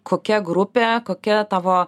kokia grupė kokia tavo